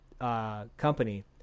company